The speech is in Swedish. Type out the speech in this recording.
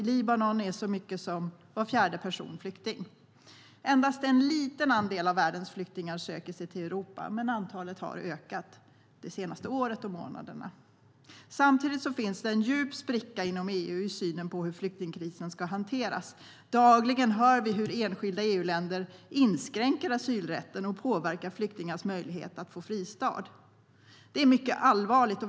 I Libanon är så många som var fjärde person flykting. Endast en liten andel av världens flyktingar söker sig till Europa. Men antalet har ökat det senaste året och månaderna. Samtidigt finns det en djup spricka inom EU i synen på hur flyktingkrisen ska hanteras. Vi hör dagligen hur enskilda EU-länder inskränker asylrätten och påverkar flyktingars möjlighet att få en fristad. Det är mycket allvarligt.